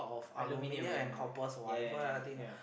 aluminium ya ya ya ya